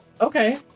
Okay